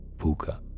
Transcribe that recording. puka